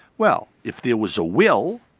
well if there was a will,